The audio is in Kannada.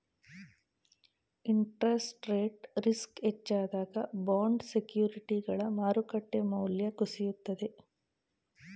ಇಂಟರೆಸ್ಟ್ ರೇಟ್ ರಿಸ್ಕ್ ಹೆಚ್ಚಾದಾಗ ಬಾಂಡ್ ಸೆಕ್ಯೂರಿಟಿಗಳ ಮಾರುಕಟ್ಟೆ ಮೌಲ್ಯ ಕುಸಿಯುತ್ತದೆ